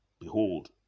Behold